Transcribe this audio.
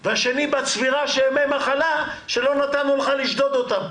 2. בצבירה של ימי מחלה, שלא נתנו לך לשדוד אותם.